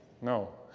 No